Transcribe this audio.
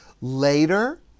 Later